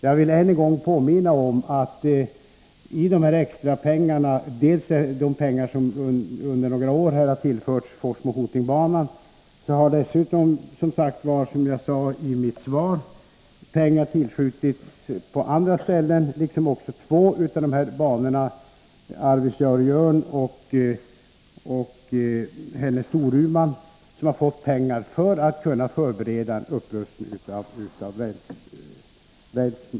Jag vill än en gång påminna om dels de extrapengar som under några år har avsatts för Hoting-Forsmo-banan, dels de pengar som har anslagits till förberedelse för rälsbyte på bandelarna Arvidsjaur-Jörn och Storuman-Hällnäs.